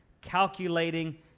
calculating